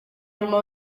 nyuma